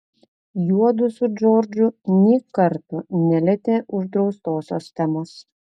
juodu su džordžu nė karto nelietė uždraustosios temos